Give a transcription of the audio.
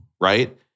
right